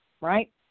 right